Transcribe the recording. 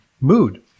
mood